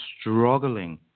struggling